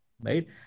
right